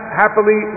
happily